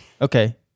Okay